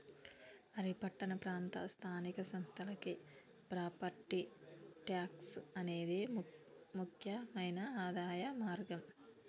మరి పట్టణ ప్రాంత స్థానిక సంస్థలకి ప్రాపట్టి ట్యాక్స్ అనేది ముక్యమైన ఆదాయ మార్గం